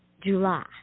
July